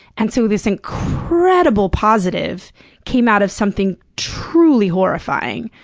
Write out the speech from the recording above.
and so this incredible positive came out of something truly horrifying,